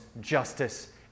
justice